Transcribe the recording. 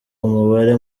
umubare